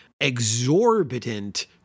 Exorbitant